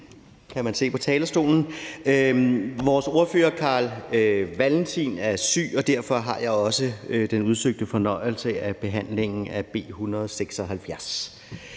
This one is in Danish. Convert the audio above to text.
til højden på talerstolen. Vores ordfører, hr. Carl Valentin, er syg, og derfor har jeg den udsøgte fornøjelse at være med